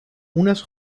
unas